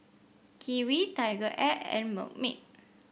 Kiwi TigerAir and Milkmaid